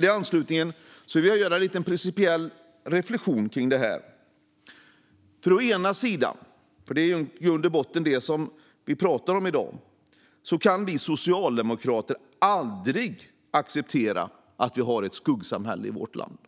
I anslutning till det vill jag göra en principiell reflektion om detta. När det gäller det som vi i grund och botten talar om i dag kan vi socialdemokrater aldrig acceptera att vi har ett skuggsamhälle i vårt land.